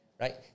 right